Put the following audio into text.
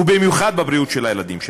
ובמיוחד בבריאות של הילדים שלנו.